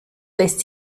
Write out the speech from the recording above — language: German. lässt